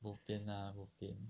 bopian ah bopian